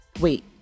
wait